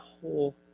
whole